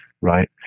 right